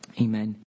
Amen